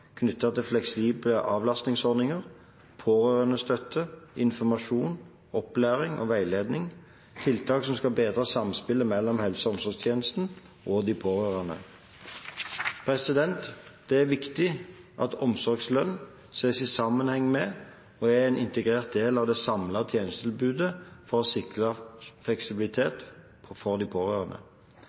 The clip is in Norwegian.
til fleksible avlastningsordninger, pårørendestøtte, informasjon, opplæring og veiledning – tiltak som skal bedre samspillet mellom helse- og omsorgstjenestene og de pårørende. Det er viktig at omsorgslønn ses i sammenheng med og er en integrert del av det samlede tjenestetilbudet for å sikre fleksibilitet for de pårørende.